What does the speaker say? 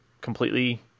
completely